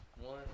One